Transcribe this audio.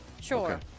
Sure